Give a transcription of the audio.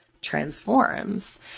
transforms